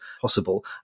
possible